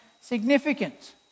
significant